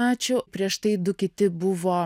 ačiū prieš tai du kiti buvo